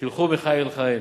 תלכו מחיל אל חיל.